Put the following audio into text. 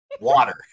water